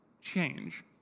change